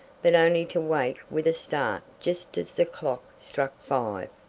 but only to wake with a start just as the clock struck five.